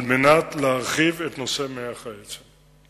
על מנת להרחיב את נושא מוח העצם.